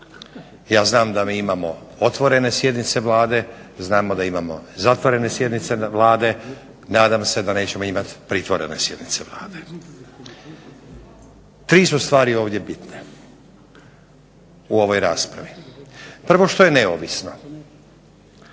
Ja znam da mi imamo otvorene sjednice Vlade, znamo da imamo zatvorene sjednice Vlade, nadam se da nećemo imati pritvorene sjednice Vlade. Tri su stvari ovdje bitne u ovoj raspravi. Prvo što je neovisna,